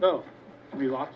so we lost